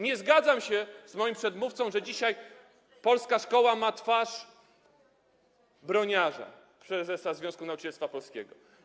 Nie zgadzam się z moim przedmówcą, że dzisiaj polska szkoła ma twarz Broniarza, prezesa Związku Nauczycielstwa Polskiego.